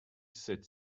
sept